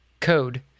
code